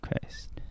Christ